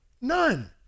None